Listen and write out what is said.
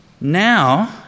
now